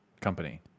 Company